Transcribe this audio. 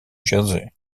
jersey